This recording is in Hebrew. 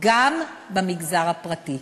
גם במגזר הפרטי.